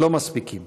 לא מספיקים.